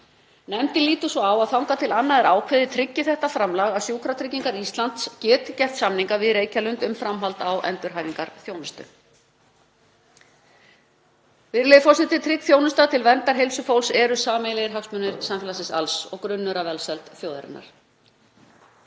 Nefndin lítur svo á að þangað til annað er ákveðið tryggi þetta framlag að Sjúkratryggingar Íslands geti gert samninga við Reykjalund um framhald á endurhæfingarþjónustu. Virðulegi forseti. Trygg þjónusta til verndar heilsu fólks eru sameiginlegir hagsmunir samfélagsins alls og grunnur að velsæld þjóðarinnar.